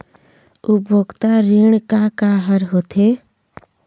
उपभोक्ता ऋण का का हर होथे?